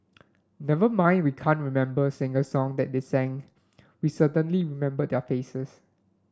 never mind we can't remember a single song that they sang we certainly remember their faces